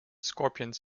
scorpions